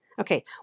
Okay